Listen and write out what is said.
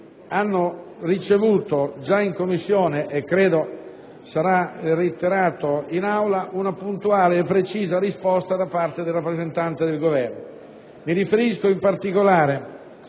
hanno ricevuto già in quella sede - e credo sarà reiterata in Aula - una puntuale e precisa risposta da parte del rappresentante del Governo. Mi riferisco, in particolare,